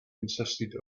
consisted